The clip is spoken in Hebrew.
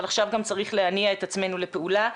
אבל עכשיו גם צריך להניע את עצמנו לפעולה.